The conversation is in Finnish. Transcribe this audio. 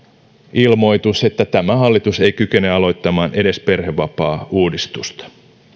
ilmoitus että tämä hallitus ei kykene aloittamaan edes perhevapaauudistusta